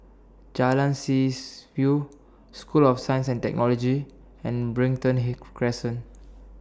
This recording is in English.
Jalan Seas View School of Science and Technology and Brighton He Crescent